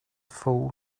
fool